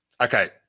Okay